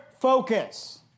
focus